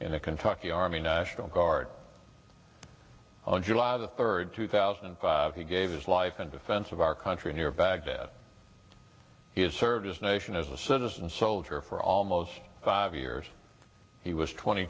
in the kentucky army national guard on july the third two thousand and five he gave his life in defense of our country near baghdad he has served as nation as a citizen soldier for almost five years he was twenty